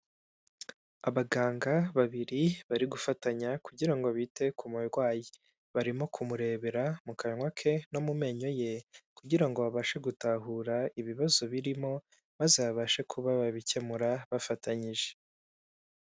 Abaganga babiri bari gufatanya kugira ngo bite ku murwayi. Barimo kumurebera mu kanwa ke no mu menyo ye kugira ngo babashe gutahura ibibazo birimo maze babashe kuba babikemura bafatanyije.